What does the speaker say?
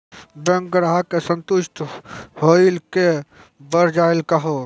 Bank ग्राहक के संतुष्ट होयिल के बढ़ जायल कहो?